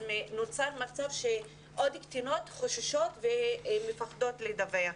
אז נוצר מצב שעוד קטינות חוששות ומפחדות לדווח.